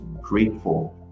grateful